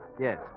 Yes